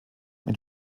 mit